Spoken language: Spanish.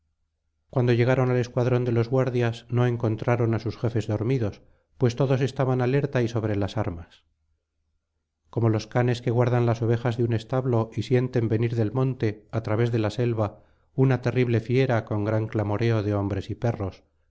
cuando llegaron al escuadrón de los guardias no encontraron á sus jefes dormidos pues todos estaban alerta y sobre las armas como los canes que guardan las ovejas de un establo y sienten venir del monte á través de la selva una terrible fiera con gran clamoreo de hombres y perros